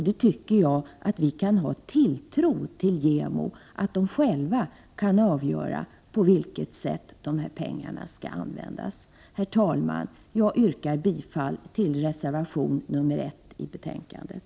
Jag tycker att vi kan ha tilltro till JämO, att de själva kan avgöra på vilket sätt de här pengarna skall användas. Herr talman! Jag yrkar bifall till reservation nr 1 i betänkandet.